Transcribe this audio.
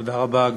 תודה רבה.